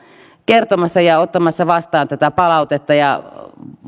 kertomassa ja ottamassa vastaan tätä palautetta